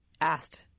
asked